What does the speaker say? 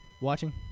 watching